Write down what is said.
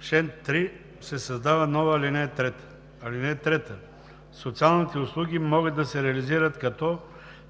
„В чл. 3 се създава нова ал. 3: „(3) Социалните услуги могат да се реализират, като: